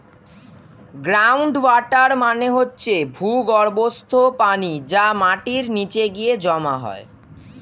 ground water মানে হচ্ছে ভূগর্ভস্থ পানি যা মাটির নিচে গিয়ে জমা হয়